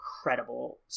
incredible